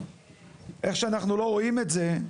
איך שאנחנו לא רואים את זה,